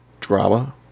drama